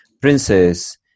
princess